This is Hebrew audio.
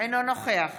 אינו נוכח